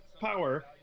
power